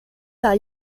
par